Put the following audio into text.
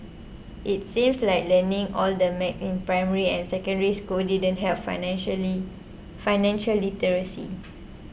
it seems like learning all that math in primary and Secondary School didn't help financially financial literacy